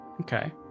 Okay